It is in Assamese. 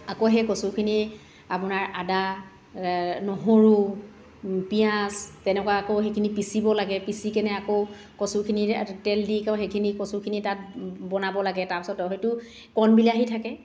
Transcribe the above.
আকৌ সেই কচুখিনি আপোনাৰ আদা নহৰু পিয়াজ তেনেকুৱা আকৌ সেইখিনি পিচিব লাগে পিচিকেনে আকৌ কচুখিনি তেল দি আকৌ সেইখিনি কচুখিনি তাত বনাব লাগে তাৰপিছত হয়তো কণবিলাহী থাকে